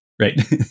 right